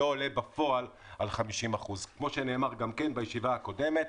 לא עולה בפועל על 50%. כמו שנאמר בישיבה הקודמת,